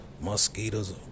mosquitoes